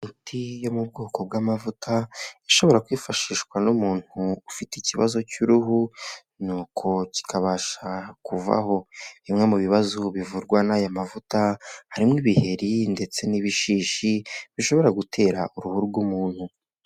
Imiti yo mu bwoko bw'amavuta ishobora kwifashishwa n'umuntu ufite ikibazo cy'uruhu nuko kikabasha kuvaho. Bimwe mu bibazo bivurwa n'aya mavuta harimo ibiheri ndetse n'ibishishi bishobora gutera uruhu rw'umuntu.